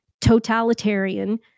totalitarian